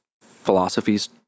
philosophies